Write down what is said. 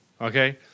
Okay